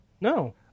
no